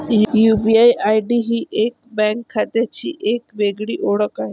UPI ID ही bank खात्याची एक वेगळी ओळख आहे